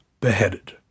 beheaded